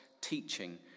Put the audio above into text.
teaching